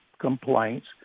complaints